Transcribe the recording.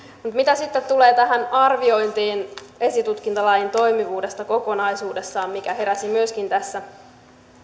mutta mitä sitten tulee tähän arviointiin esitutkintalain toimivuudesta kokonaisuudessaan mikä heräsi myöskin tässä